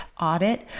audit